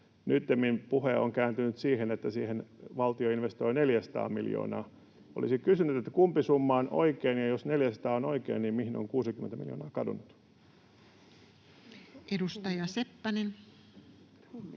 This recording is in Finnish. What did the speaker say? puhe on kääntynyt siihen, että siihen valtio investoi 400 miljoonaa. Olisin kysynyt: kumpi summa on oikein, ja jos 400 on oikein, niin mihin on 60 miljoonaa kadonnut? [Speech